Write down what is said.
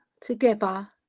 together